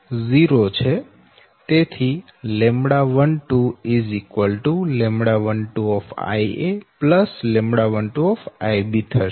તેથી λ12 λ12 λ12 થશે